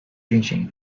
运行